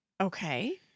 Okay